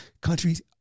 Countries